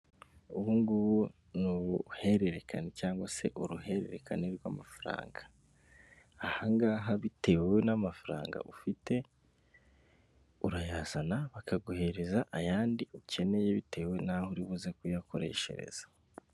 Ubungubu ni ubuhererekane cyangwa se uruhererekane rw'amafaranga, ahangaha bitewe n'amafaranga ufite urayazana bakaguhereza ayandi ukeneye bitewe n'aho uribuze kuyakoreshereza.